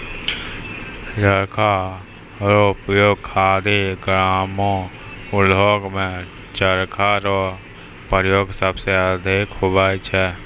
चरखा रो उपयोग खादी ग्रामो उद्योग मे चरखा रो प्रयोग सबसे अधिक हुवै छै